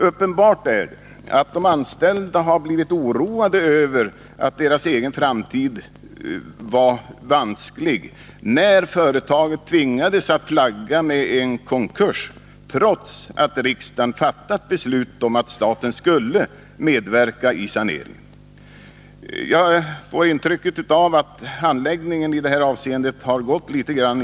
Uppenbart är att de har blivit oroade över att deras egen framtid skulle bli vansklig när företaget tvingades att flagga med en konkurs, trots att riksdagen hade fattat beslut om att staten skulle medverka i saneringen. Jag har intrycket att handläggningen i det avseendet har gått i slow motion.